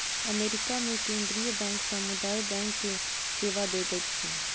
America मे केंद्रीय bank समुदाय बैंक के सेवा दैत अछि